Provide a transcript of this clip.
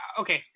okay